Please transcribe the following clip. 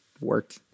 work